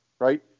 right